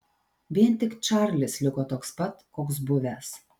vien tik čarlis liko toks pat koks buvęs